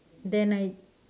then I